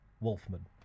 Wolfman